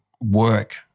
work